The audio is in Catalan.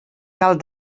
cal